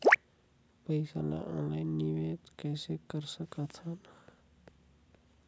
पईसा ल ऑनलाइन निवेश कइसे कर सकथव?